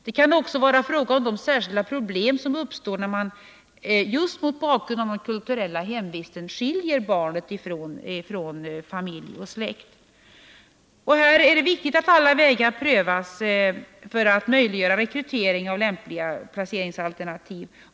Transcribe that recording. Det kan också vara fråga om de särskilda problem som uppstår just mot bakgrund av den kulturella hemvisten, då man skiljer barnen ifrån familj och släkt. Här är det viktigt att alla vägar prövas för att möjliggöra rekrytering av lämpliga placeringsalternativ.